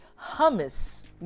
hummus